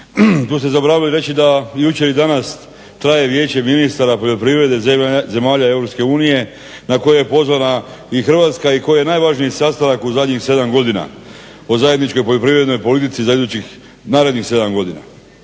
Tu ste zaboravili reći da jučer i danas traje vijeće ministara poljoprivrede zemalja EU na koje je pozvana i Hrvatska i koji je najvažniji sastanak u zadnjih sedam godina od zajedničke poljoprivrednoj politici za idućih narednih sedam godina.